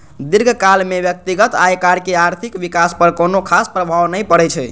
दीर्घकाल मे व्यक्तिगत आयकर के आर्थिक विकास पर कोनो खास प्रभाव नै पड़ै छै